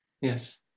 Yes